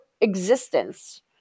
existence